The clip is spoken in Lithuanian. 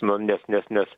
nu nes nes nes